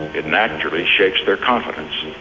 it naturally shakes their confidence.